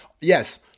yes